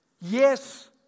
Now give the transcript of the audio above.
Yes